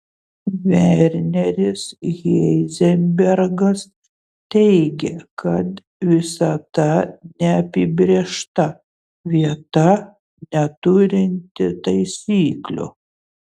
verneris heizenbergas teigė kad visata neapibrėžta vieta neturinti taisyklių